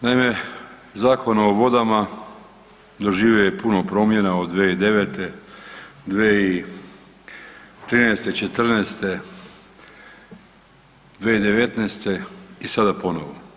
Naime, Zakon o vodama doživio je puno promjena od 2009., 2013., '14., 2019. i sada ponovo.